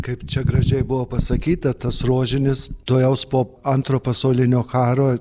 kaip čia gražiai buvo pasakyta tas rožinis tuojaus po antro pasaulinio karo